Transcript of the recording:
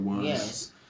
Yes